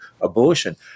abortion